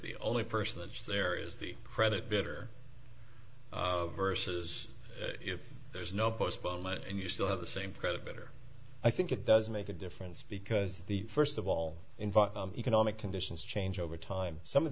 the only person that's there is the credit bitter versus if there is no postponement and you still have the same predator i think it does make a difference because the first of all invite economic conditions change over time some of